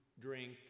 drink